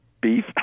beef